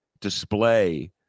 display